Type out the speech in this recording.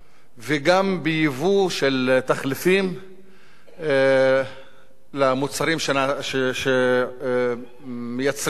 בייבוא של תחליפים למוצרים שמייצרים שם במפעל.